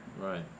Right